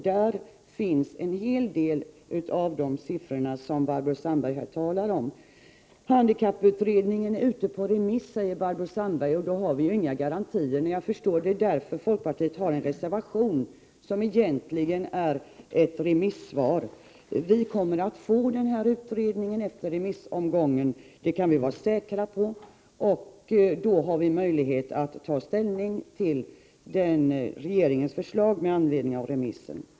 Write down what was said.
Där finns en hel del av förklaringen till de siffror som Barbro Sandberg talar om. Handikapputredningen är ute på remiss, och då har vi inga garantier, säger Barbro Sandberg. Jag förstår att det är därför folkpartiet har en reservation som egentligen är ett remissvar. Vi kan vara säkra på att riksdagen kommer att få utredningen efter remissomgången, och då har vi möjlighet att ta ställning till regeringens förslag med anledning av den.